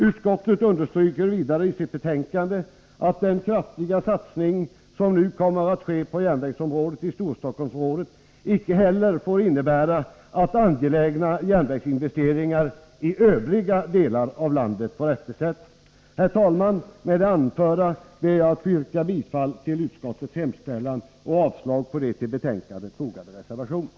Utskottet understryker vidare i sitt betänkande att den kraftiga satsning som nu kommer att ske på järnvägsområdet i Storstockholmsområdet icke heller får innebära att angelägna järnvägsinvesteringar i övriga delar av landet får eftersättas. Herr talman! Med det anförda ber jag att få yrka bifall till utskottets hemställan och avslag på de till betänkandet fogade reservationerna.